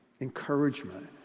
encouragement